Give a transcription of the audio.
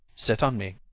sit on me.